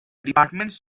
department